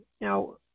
Now